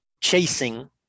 chasing